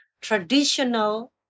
traditional